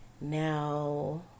now